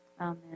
Amen